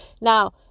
Now